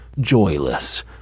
Joyless